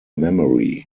memory